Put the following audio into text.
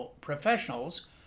professionals